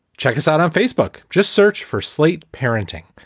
check us out on facebook. just search for slate parenting.